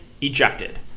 Ejected